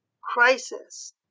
crisis